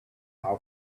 how